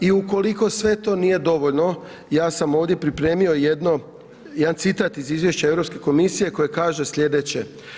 I ukoliko sve to nije dovoljno, ja sam ovdje pripremio jedno, jedan citat iz izvješća Europske komisije koje kaže sljedeće.